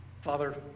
Father